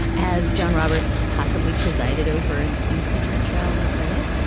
as john roberts possibly presided over an impeachment trial in the senate.